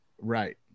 Right